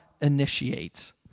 initiates